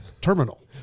Terminal